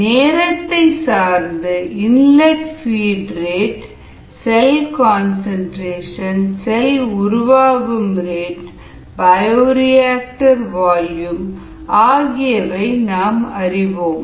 நேரத்தை சார்ந்து inlet feed rate cell concentration cell உருவாகும் ரேட் பயோரியாக்டர் வால்யூம் ஆகியவை நாம் அறிவோம்